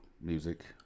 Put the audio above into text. music